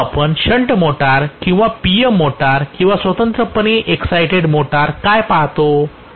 परंतु आपण shunt motor किंवा PM मोटर किंवा स्वतंत्रपणे एक्सआयटेड मोटरमध्ये काय पहातो